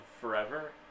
forever